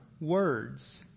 words